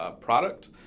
product